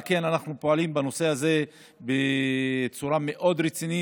על כן אנחנו פועלים בנושא הזה בצורה מאוד רצינית,